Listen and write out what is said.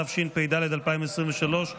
התשפ"ד 2023,